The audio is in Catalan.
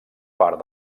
part